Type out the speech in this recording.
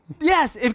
Yes